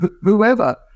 whoever